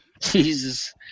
Jesus